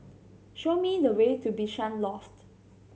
show me the way to Bishan Loft